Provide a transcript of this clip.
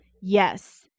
Yes